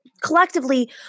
collectively